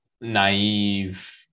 naive